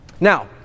Now